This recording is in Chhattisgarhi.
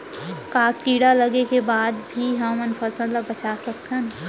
का कीड़ा लगे के बाद भी हमन फसल ल बचा सकथन?